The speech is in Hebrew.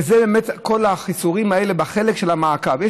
וכל החיסורים האלה בחלק של המעקב.